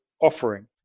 offering